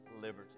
liberty